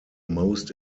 most